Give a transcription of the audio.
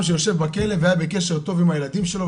שיושב בכלא והיה בקשר טוב עם הילדים שלו,